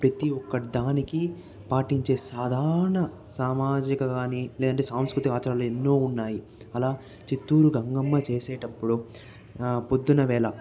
ప్రతి ఒక్క దానికి పాటించే సాధారణ సామాజిక కాని లేదంటే సాంస్కృతిక ఆచారాలు ఎన్నో ఉన్నాయి అలా చిత్తూరు గంగమ్మ చేసేటప్పుడు పొద్దున వేళ